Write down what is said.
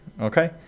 okay